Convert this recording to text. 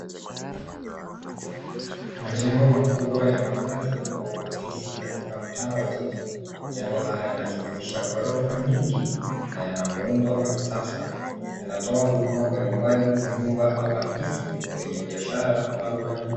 Majengo makubwa ya makazi au afisi katika mtaa wa jiji. Jengo haya yanajumuisha ghorofa nyingi na yana muundo wa kisasa. Yanatoa huduma mbalimbali za nyumba au afisi kwa wenye biashara au watu.